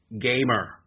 Gamer